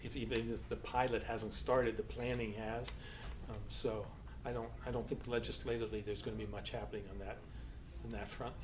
if the pilot hasn't started the plan he has so i don't i don't think legislatively there's going to be much happening on that and that fro